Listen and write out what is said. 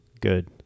good